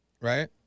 right